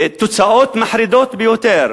תוצאות מחרידות ביותר.